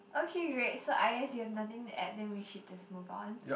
okay great so I guess you have nothing to add then we should just move on